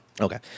Okay